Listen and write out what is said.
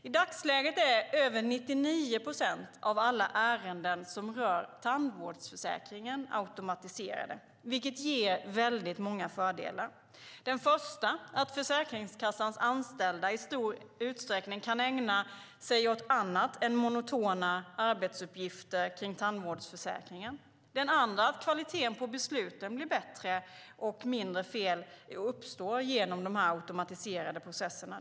I dagsläget är över 99 procent av alla ärenden som rör tandvårdsförsäkringen automatiserade, vilket ger många fördelar. Den första är att Försäkringskassans anställda i stor utsträckning kan ägna sig åt annat än monotona arbetsuppgifter kring tandvårdsförsäkringen. Den andra är att kvaliteten på besluten blir bättre och att mindre fel uppstår genom de automatiserade processerna.